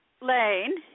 Lane